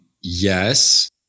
yes